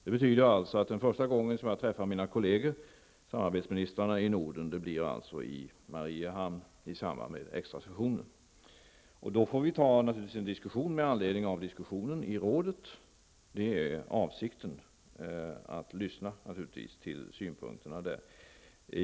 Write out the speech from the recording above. Det betyder att den första gången som jag träffar mina kolleger, samarbetsministrarna i Norden, blir i Mariehamn i samband med extrasessionen. Då får vi naturligtvis ta en diskussion i rådet. Avsikten är naturligtvis att lyssna till synpunkterna där.